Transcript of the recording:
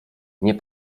nie